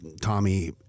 Tommy